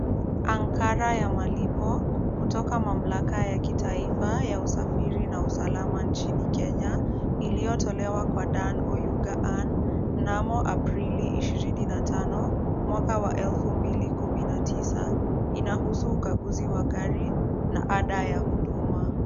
Ankara ya malipo kutoka mamlaka ya kitaifa ya usafiri na usalama nchini Kenya, iliyotolewa kwa Dan Oyuga Anne, mnamo Aprili ishirini na tano mwaka wa elfu mbili kumi na tisa. Inahusu ukaguzi wa gari na ada ya huduma.